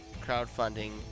crowdfunding